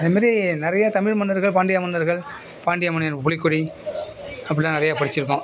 அதுமாதிரி நிறையா தமிழ் மன்னர்கள் பாண்டிய மன்னர்கள் பாண்டிய மன்னனுக்கு புலி கொடி அப்படிலாம் நிறையா படித்திருக்கோம்